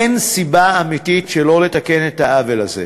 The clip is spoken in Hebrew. אין סיבה אמיתית שלא לתקן את העוול הזה.